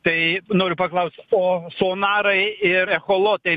tai noriu paklaust o sonarai ir echolotai